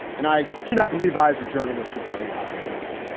and i do not believe i, as a journalist should tell you how i voted.